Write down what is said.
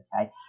okay